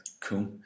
Cool